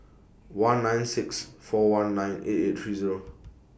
one nine six four one nine eight eight three Zero